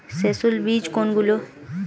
সস্যল বীজ কোনগুলো?